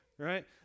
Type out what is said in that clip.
right